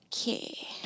Okay